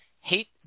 Hate